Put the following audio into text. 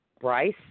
Bryce